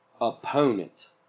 opponent